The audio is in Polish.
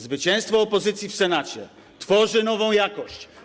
Zwycięstwo opozycji w Senacie tworzy nową jakość.